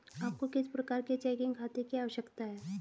आपको किस प्रकार के चेकिंग खाते की आवश्यकता है?